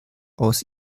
aus